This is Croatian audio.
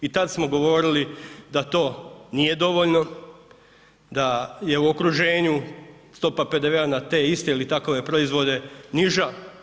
I tada smo govorili da to nije dovoljno, da je u okruženju stopa PDV-a na te iste ili takove proizvode niža.